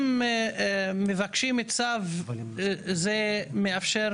אם מבקשים צו זה מאפשר